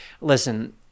listen